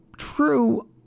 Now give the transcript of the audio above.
True